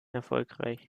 erfolgreich